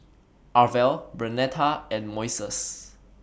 Arvel Bernetta and Moises